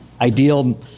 ideal